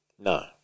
No